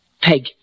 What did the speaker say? Peg